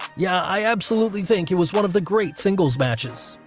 yeah, i absolutely think it was one of the great single matches.